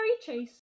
Chase